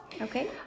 Okay